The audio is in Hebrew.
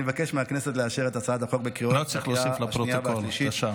ואני מבקש מהכנסת לאשר את הצעת החוק בקריאה השנייה והשלישית,